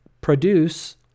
produce